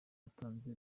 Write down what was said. atanze